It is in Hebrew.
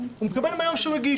הוא מקבל מהיום שהוא מגיש.